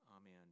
amen